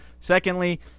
Secondly